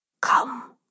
Come